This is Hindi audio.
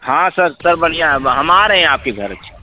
हाँ सर सर बढ़ियाँ अब हम आ रहे हैं आपके घर अच्छा